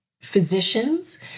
physicians